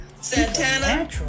Santana